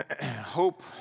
Hope